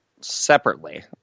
separately